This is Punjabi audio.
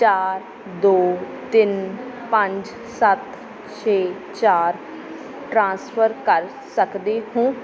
ਚਾਰ ਦੋ ਤਿੰਨ ਪੰਜ ਸੱਤ ਛੇ ਚਾਰ ਟ੍ਰਾਂਸਫਰ ਕਰ ਸਕਦੇ ਹੋ